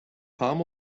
palm